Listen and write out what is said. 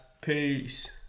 Peace